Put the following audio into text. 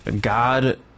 God